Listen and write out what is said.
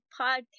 podcast